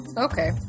Okay